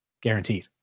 guaranteed